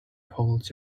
holds